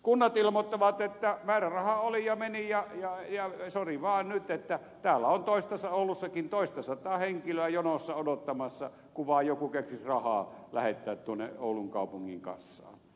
kunnat ilmoittavat että määräraha oli ja meni ja sori vaan nyt että täällä on oulussakin toistasataa henkilöä jonossa odottamassa kun vaan joku keksisi rahaa lähettää tuonne oulun kaupungin kassaan